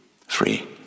Free